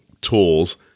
tools